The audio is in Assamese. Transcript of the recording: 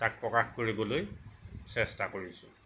তাক প্ৰকাশ কৰিবলৈ চেষ্টা কৰিছোঁ